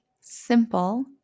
simple